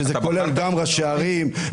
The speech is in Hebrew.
-- שזה כולל גם ראשי ערים,